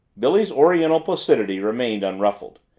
billy's oriental placidity remained unruffled.